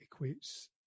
equates